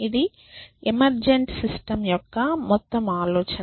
ఇది emergent system యొక్క మొత్తం ఆలోచన